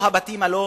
או הבתים הלא-חוקיים,